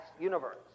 universe